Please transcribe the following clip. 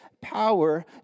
power